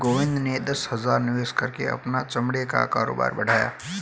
गोविंद ने दस हजार निवेश करके अपना चमड़े का कारोबार बढ़ाया